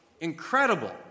Incredible